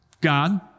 God